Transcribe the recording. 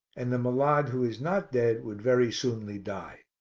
and the malade who is not dead would very soonly die.